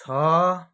छ